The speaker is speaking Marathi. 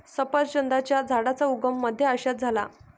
सफरचंदाच्या झाडाचा उगम मध्य आशियात झाला